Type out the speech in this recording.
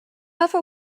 ever